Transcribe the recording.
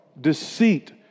Deceit